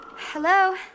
Hello